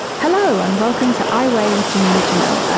hello and welcome to i weigh with jameela jamil.